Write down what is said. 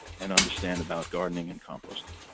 and understand about gardening and composting.